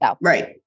Right